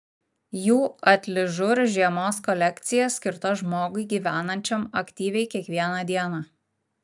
jų atližur žiemos kolekcija skirta žmogui gyvenančiam aktyviai kiekvieną dieną